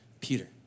Peter